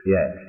Yes